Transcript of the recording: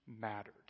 mattered